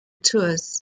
tours